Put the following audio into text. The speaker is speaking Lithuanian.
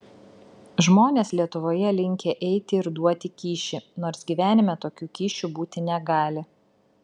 žmonės lietuvoje linkę eiti ir duoti kyšį nors gyvenime tokių kyšių būti negali